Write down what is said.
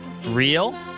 Real